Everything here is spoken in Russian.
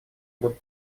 будут